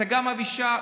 הצגה מבישה,